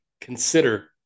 Consider